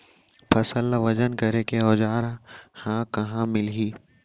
फसल ला वजन करे के औज़ार हा कहाँ मिलही?